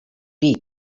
pit